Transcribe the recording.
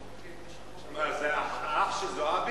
זה אח של זועבי?